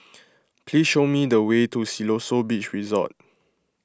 please show me the way to Siloso Beach Resort